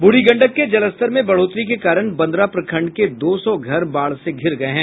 बूढ़ी गंडक के जलस्तर में बढ़ोतरी के कारण बंदरा प्रखंड के दो सौ घर बाढ़ से घिर गये हैं